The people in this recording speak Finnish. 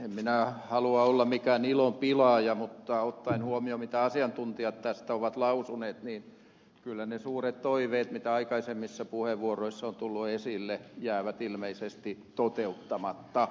en minä halua olla mikään ilonpilaaja mutta ottaen huomioon mitä asiantuntijat tästä ovat lausuneet niin kyllä ne suuret toiveet mitä aikaisemmissa puheenvuoroissa on tullut esille jäävät ilmeisesti toteuttamatta